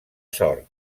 sort